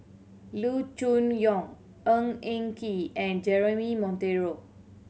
Loo Choon Yong Ng Eng Kee and Jeremy Monteiro